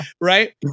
Right